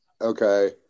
Okay